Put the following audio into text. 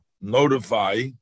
notify